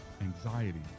anxiety